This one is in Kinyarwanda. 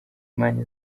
imana